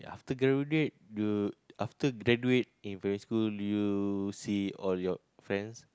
after graduate you after graduate in primary school do you see all your friends